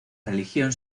religión